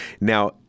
Now